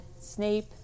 Snape